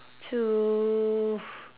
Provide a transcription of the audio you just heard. to